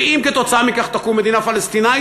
ואם כתוצאה מכך תקום מדינה פלסטינית,